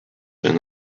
and